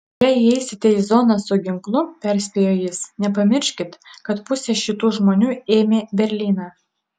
jei įeisite į zoną su ginklu perspėjo jis nepamirškit kad pusė šitų žmonių ėmė berlyną